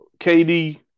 KD